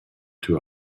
two